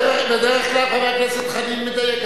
בדרך כלל חבר הכנסת חנין מדייק.